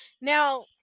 Now